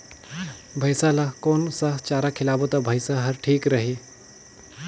भैसा ला कोन सा चारा खिलाबो ता भैंसा हर ठीक रही?